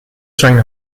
zijn